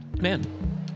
man